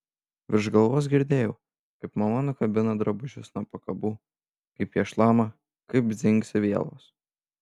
virš galvos girdėjau kaip mama nukabina drabužius nuo pakabų kaip jie šlama kaip dzingsi vielos